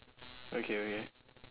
okay okay